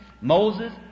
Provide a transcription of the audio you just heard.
Moses